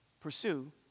pursue